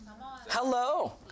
Hello